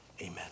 Amen